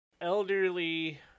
elderly